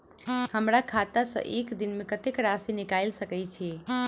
हमरा खाता सऽ एक दिन मे कतेक राशि निकाइल सकै छी